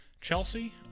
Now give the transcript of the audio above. Chelsea